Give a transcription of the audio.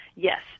Yes